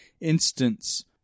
instance